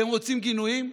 אתם רוצים גינויים?